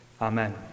Amen